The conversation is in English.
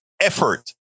effort